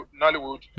Hollywood